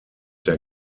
der